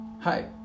Hi